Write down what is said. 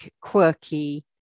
quirky